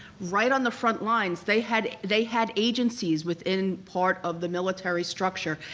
right on the front lines they had they had agencies within part of the military structure,